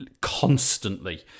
constantly